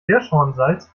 hirschhornsalz